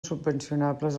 subvencionables